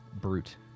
brute